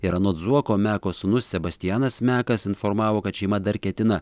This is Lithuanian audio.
ir anot zuoko meko sūnus sebastianas mekas informavo kad šeima dar ketina